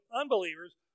unbelievers